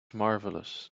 marvelous